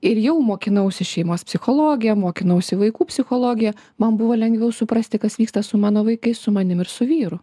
ir jau mokinausi šeimos psichologiją mokinausi vaikų psichologiją man buvo lengviau suprasti kas vyksta su mano vaikais su manim ir su vyru